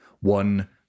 one